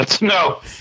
No